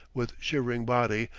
with shivering body,